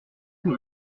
que